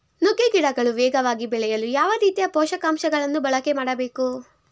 ನುಗ್ಗೆ ಗಿಡಗಳು ವೇಗವಾಗಿ ಬೆಳೆಯಲು ಯಾವ ರೀತಿಯ ಪೋಷಕಾಂಶಗಳನ್ನು ಬಳಕೆ ಮಾಡಬೇಕು?